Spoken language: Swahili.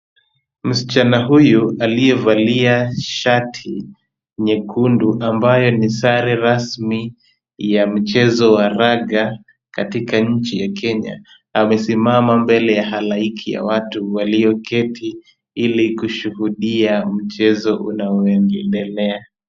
Msichana huyu aliyevalia shati nyekundu, ambayo ni sare rasmi ya mchezo wa raga katika nchi ya Kenya, amesimama mbele ya halaiki ya watu walioketi ili kushuhudia mchezo unaoendelea.